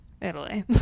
Italy